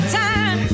time